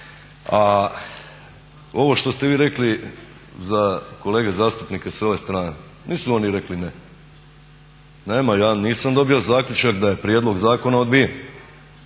a ovo što ste vi rekli za kolege zastupnike sa ove strane nisu oni rekli ne. Nema, ja nisam dobio zaključak da je prijedlog zakona odbijen.